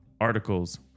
articles